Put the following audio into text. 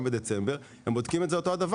גם בדצמבר; הם בודקים את זה אותו הדבר.